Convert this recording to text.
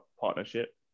partnership